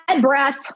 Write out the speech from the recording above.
breath